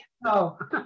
No